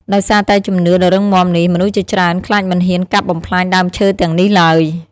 ដោយសារតែជំនឿដ៏រឹងមាំនេះ មនុស្សជាច្រើនខ្លាចមិនហ៊ានកាប់បំផ្លាញដើមឈើទាំងនេះឡើយ។